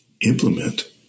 implement